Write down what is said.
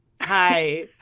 Hi